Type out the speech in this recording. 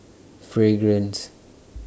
Fragrance